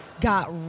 got